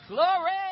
Glory